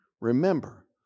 remember